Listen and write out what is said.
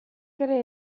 ere